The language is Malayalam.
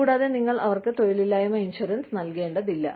കൂടാതെ നിങ്ങൾ അവർക്ക് തൊഴിലില്ലായ്മ ഇൻഷുറൻസ് നൽകേണ്ടതില്ല